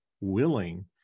willing